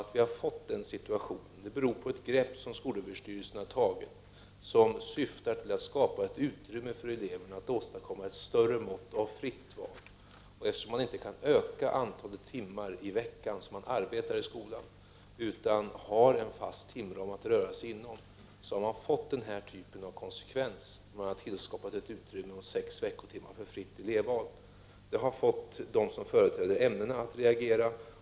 Att vi har fått den situationen beror på ett grepp som skolöverstyrelsen har tagit och som syftar till att skapa ett större utrymme för eleverna till fritt val. Eftersom man inte kan öka antalet veckoarbetstimmar i skolan utan har en fast timram, har man tillskapat ett utrymme om sex veckotimmar för fritt elevval. Detta har fått dem som företräder ämnena att reagera.